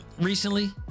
recently